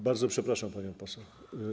Bardzo przepraszam, pani poseł.